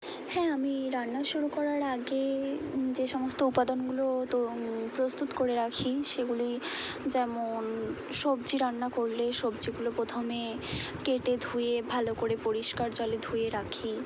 হ্যাঁ আমি রান্না শুরু করার আগে যে সমস্ত উপাদানগুলো তো প্রস্তুত করে রাখি সেগুলি যেমন সবজি রান্না করলে সবজিগুলো প্রথমে কেটে ধুয়ে ভালো করে পরিষ্কার জলে ধুয়ে রাখি